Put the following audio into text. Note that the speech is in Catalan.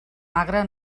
magre